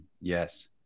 yes